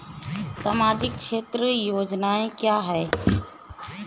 सामाजिक क्षेत्र की योजनाएँ क्या हैं?